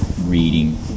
reading